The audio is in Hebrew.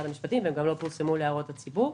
המשפטים והן גם לא פורסמו להערות הציבור,